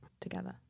together